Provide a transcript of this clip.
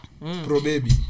Pro-baby